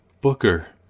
Booker